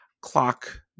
clock